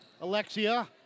Alexia